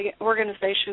organization